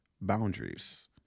boundaries